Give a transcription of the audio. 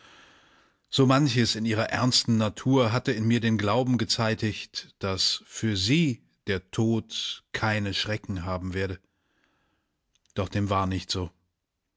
so manches in ihrer ernsten natur hatte in mir den glauben gezeitigt daß für sie der tod keine schrecken haben werde doch dem war nicht so